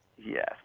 Yes